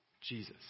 Jesus